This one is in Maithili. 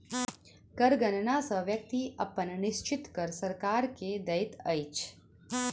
कर गणना सॅ व्यक्ति अपन निश्चित कर सरकार के दैत अछि